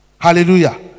hallelujah